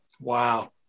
Wow